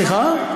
סליחה?